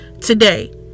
today